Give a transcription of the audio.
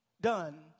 done